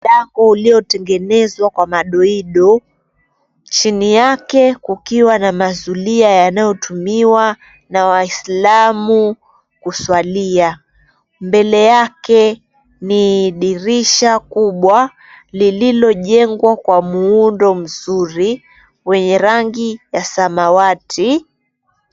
Mlango uliotengenezwa kwa madoido chini yake kukiwa na mazulia yanayotumiwa na waislamu kuswalia. Mbele yake ni dirisha kubwa lililojengwa kwa muundo mzuri wenye rangi ya samawati.